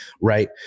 right